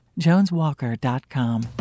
JonesWalker.com